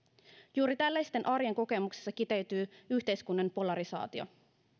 juuri tällaisissa arjen kokemuksissa kiteytyy yhteiskunnan polarisaatio